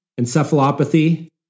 encephalopathy